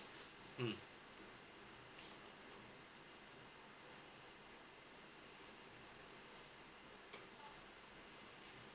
mm